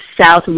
South